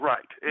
Right